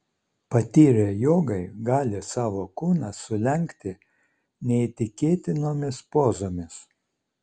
patyrę jogai gali savo kūną sulenkti neįtikėtinomis pozomis